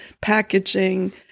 packaging